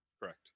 Correct